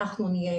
אנחנו נהיה